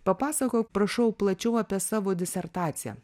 papasakok prašau plačiau apie savo disertaciją